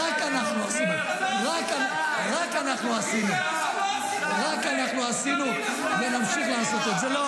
--- רק אנחנו עשינו, ונמשיך לעשות את זה.